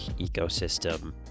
ecosystem